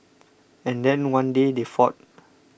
and then one day they fought